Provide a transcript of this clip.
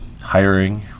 hiring